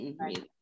Right